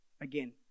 again